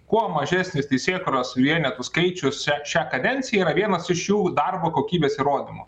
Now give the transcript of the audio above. kuo mažesnis teisėkūros vienetų skaičius šią kadenciją yra vienas iš jų darbo kokybės įrodymų